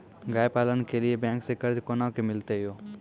गाय पालन के लिए बैंक से कर्ज कोना के मिलते यो?